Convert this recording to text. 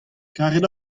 karet